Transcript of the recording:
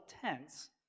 tents